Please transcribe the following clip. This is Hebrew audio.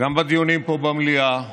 גם בדיונים פה, במליאה.